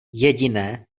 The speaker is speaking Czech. jediné